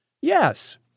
Yes